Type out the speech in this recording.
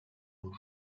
nos